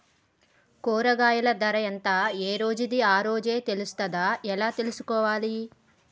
కూరగాయలు ధర ఎంత ఏ రోజుది ఆ రోజే తెలుస్తదా ఎలా తెలుసుకోవాలి?